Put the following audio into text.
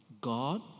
God